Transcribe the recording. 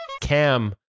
Cam